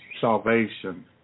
salvation